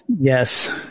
Yes